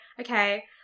okay